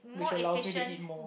which allows me to eat more